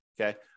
Okay